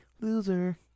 Loser